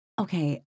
okay